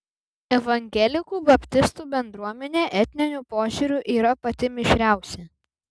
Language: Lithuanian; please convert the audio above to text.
evangelikų baptistų bendruomenė etniniu požiūriu yra pati mišriausia